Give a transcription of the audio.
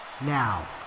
Now